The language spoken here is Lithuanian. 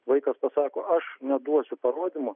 vaikas pasako aš neduosiu parodymų